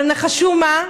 אבל נחשו מה?